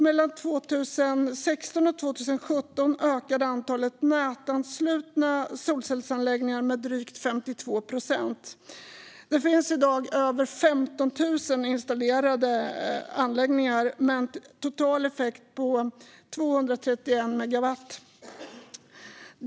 Mellan 2016 och 2017 ökade antalet nätanslutna solcellsanläggningar med drygt 52 procent. Det finns i dag över 15 000 installerade anläggningar med en total effekt på 231 megawatt.